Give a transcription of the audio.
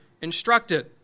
instructed